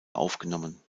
aufgenommen